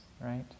right